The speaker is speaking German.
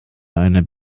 eine